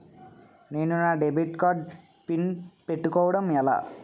నేను నా debit card pin పెట్టుకోవడం ఎలా?